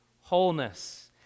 wholeness